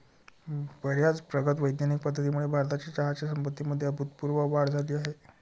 बर्याच प्रगत वैज्ञानिक पद्धतींमुळे भारताच्या चहाच्या संपत्तीमध्ये अभूतपूर्व वाढ झाली आहे